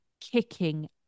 kicking